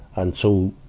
and so,